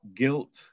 guilt